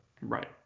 right